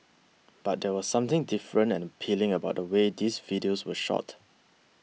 but there was something different and appealing about the way these videos were shot